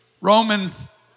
Romans